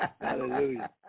Hallelujah